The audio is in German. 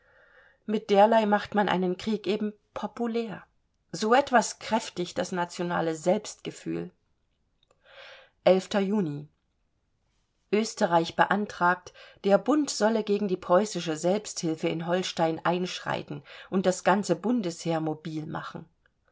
mit derlei macht man einen krieg eben populär so etwas kräftigt das nationale selbstgefühl juni österreich beantragt der bund solle gegen die preußische selbsthilfe in holstein einschreiten und das ganze bundesheer mobil machen